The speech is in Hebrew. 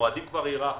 את המועדים כבר הארכנו.